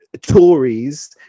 Tories